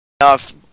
enough